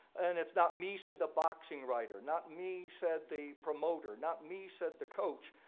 and it's not me said the boxing writer, not me said the promoter, not me said the coach.